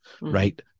right